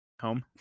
Home